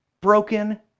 broken